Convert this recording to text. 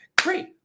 Great